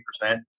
percent